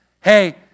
hey